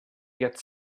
get